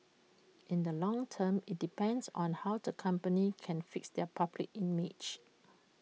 in the long term IT depends on how the company can fix their public image